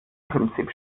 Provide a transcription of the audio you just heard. prinzip